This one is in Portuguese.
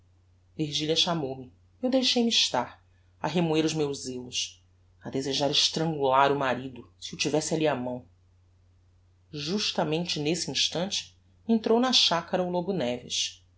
virgilia chamou-me eu deixei-me estar a remoer os meus zelos a desejar estrangular o marido se o tivesse alli á mão justamente nesse instante entrou na chacara o lobo neves